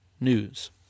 news